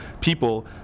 people